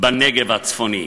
בנגב הצפוני.